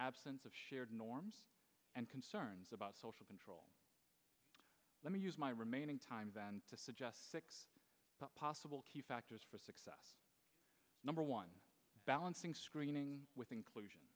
absence of shared norms and concerns about social control let me use my remaining time to suggest six possible key factors for success number one balancing screening with inclusion